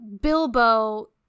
Bilbo